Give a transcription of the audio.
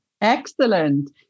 Excellent